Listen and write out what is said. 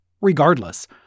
Regardless